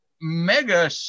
mega